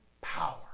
Power